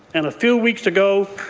and a few weeks ago,